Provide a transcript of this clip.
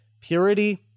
purity